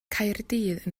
caerdydd